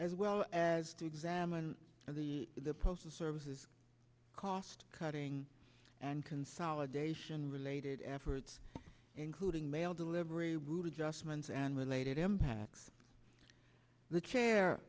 as well as to examine how the the postal service is cost cutting and consolidation related efforts including mail delivery route adjustments and related impacts the chair